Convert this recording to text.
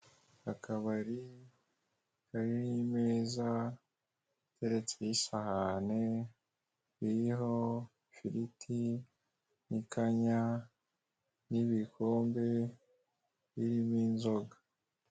Akabari kariho imeza iteretseho isahane, iriho ifiriti, n'ikanya, n'ibikombe birimo inzoga.